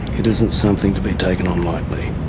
it isn't something to be taken on lightly,